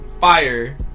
fire